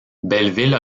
belleville